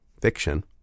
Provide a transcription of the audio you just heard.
Fiction